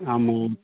ஆமாம்